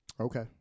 Okay